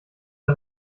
der